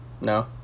No